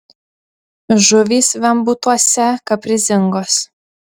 žuvys vembūtuose kaprizingos